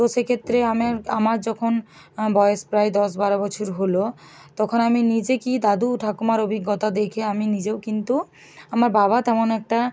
তো সেক্ষেত্রে আমির আমার যখন বয়েস প্রায় দশ বারো বছর হলো তখন আমি নিজে কি দাদু ঠাকুমার অভিজ্ঞতা দেখে আমি নিজেও কিন্তু আমার বাবা তেমন একটা